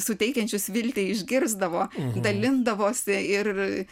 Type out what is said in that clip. suteikiančius viltį išgirsdavo dalindavosi ir